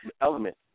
element